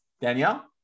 Danielle